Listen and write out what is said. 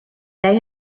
they